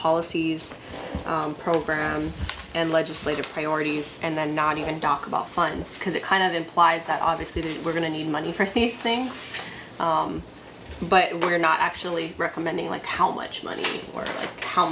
policies and programs and legislative priorities and then not even talk about funds because it kind of implies that obviously we're going to need money for these things but we're not actually recommending like how much money or how